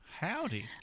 Howdy